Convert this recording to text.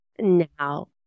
now